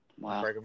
Wow